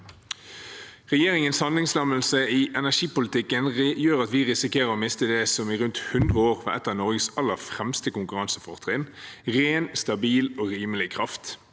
Regjeringens handlingslammelse i energipolitikken gjør at vi risikerer å miste det som i rundt 100 år var et av Norges aller fremste konkurransefortrinn: ren, stabil og rimelig kraft.